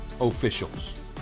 officials